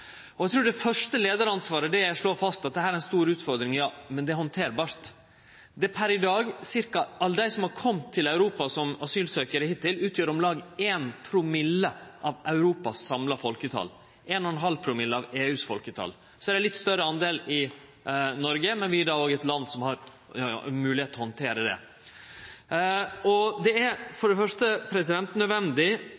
Eg trur det første leiaransvaret er å slå fast at dette er ei stor utfordring, ja, men det er handterbart. Alle dei som har kome til Europa som asylsøkjarar hittil, utgjer per i dag om lag 1 promille av Europas samla folketal – 1,5 promille av EUs folketal. Så er det litt større del i Noreg, men vi er eit land som har moglegheit til å handtere det. Det er